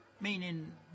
Meaning